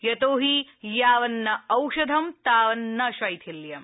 यतोहि यावन्न औषधं तावन्न शैथिल्यम्